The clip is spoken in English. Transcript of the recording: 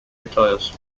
retires